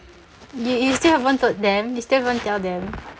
you you still haven't told them you still haven't tell them